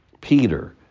Peter